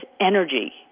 energy